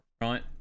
right